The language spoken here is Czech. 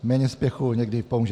Méně spěchu někdy pomůže.